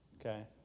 Okay